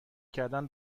کردن